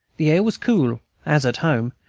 the air was cool as at home,